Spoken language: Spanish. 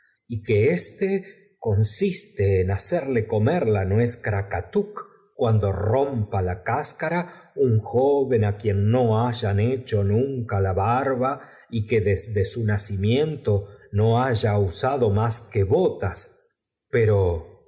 y que éste consiste en hacerle comer la debía curar á la princesa e n el primer nuez krakatuk cuando rompa la cás caso para ser decapitado sin misericorcara un joven á quien no hayan hecho dia en el segundo para ser recompensanunca la barba y que desde su nacimiento do generosamente no haya usado más que holas pero